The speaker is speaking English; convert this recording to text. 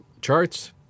charts